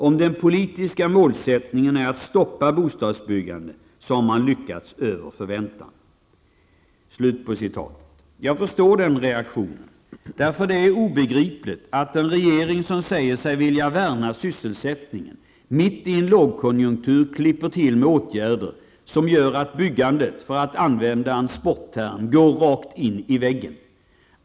Om den politiska målsättningen är att stoppa bostadsbyggandet, så har man lyckats över förväntan.'' Jag förstår den reaktionen. Det är obegripligt att en regering som säger sig vilja värna sysselsättningen mitt i en lågkonjunktur klipper till med åtgärder som gör att byggandet går, för att använda en sportterm, rakt in i väggen.